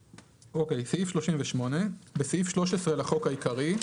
אוקיי, סעיף 38. "38.בסעיף 13 לחוק העיקרי,